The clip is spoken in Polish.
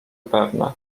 pewne